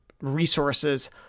resources